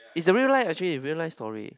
is the real life actually real life story